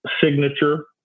signature